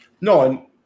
No